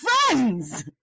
friends